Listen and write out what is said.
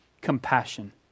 compassion